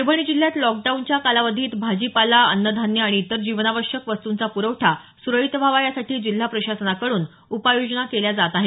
परभणी जिल्ह्यात लॉकडाऊनच्या कालावधीत भाजीपाला अन्नधान्य आणि इतर जीवनावश्यक वस्तूचा पुरवठा सुरळीत व्हावा यासाठी जिल्हा प्रशासनाकडून उपाययोजना केल्या जात आहेत